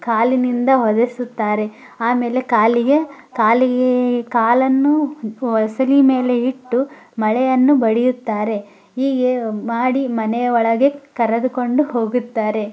ಕಾಲಿನಿಂದ ಒದೆಸುತ್ತಾರೆ ಆಮೇಲೆ ಕಾಲಿಗೆ ಕಾಲಿಗೆ ಕಾಲನ್ನು ಹೊಸಲಿ ಮೇಲೆ ಇಟ್ಟು ಮೊಳೆಯನ್ನು ಬಡಿಯುತ್ತಾರೆ ಹೀಗೆ ಮಾಡಿ ಮನೆಯ ಒಳಗೆ ಕರೆದುಕೊಂಡು ಹೋಗುತ್ತಾರೆ